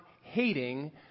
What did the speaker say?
hating